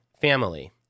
family